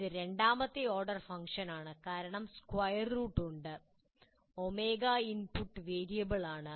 ഇത് ഒരു രണ്ടാമത്തെ ഓർഡർ ഫംഗ്ഷനാണ് കാരണം സ്ക്വയർ റൂട്ട് ഉണ്ട് ഒമേഗ ഇൻപുട്ട് വേരിയബിൾ ആണ്